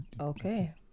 Okay